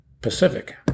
Pacific